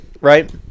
right